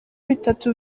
bitatu